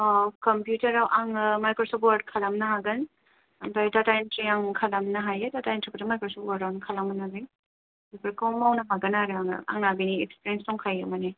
कम्पिउटारआव आङो Microsoft Word खालामनो हागोन ओमफ्राय दाता इनथ्रि आं खालामनो हायो दाता इनथ्रिखौथ' माइक्रसप वार्दआवनो खालामो नालाय बेखौ मावनो हागोन आरो आङो आंना बेनि एक्सफेरेन्स दंखायो माने